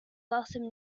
welsom